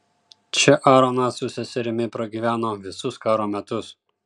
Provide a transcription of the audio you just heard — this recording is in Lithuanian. čia aaronas su seserimi pragyveno visus karo metus